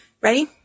Ready